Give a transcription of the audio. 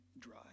dry